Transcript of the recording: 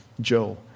Joe